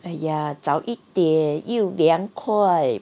!aiya! 早一点又凉快